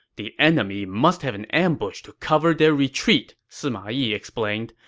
the enemy must have an ambush to cover their retreat, sima yi explained.